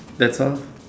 that's all